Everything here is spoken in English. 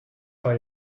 for